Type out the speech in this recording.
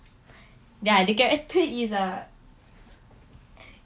ya the character is ah